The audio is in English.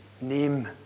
name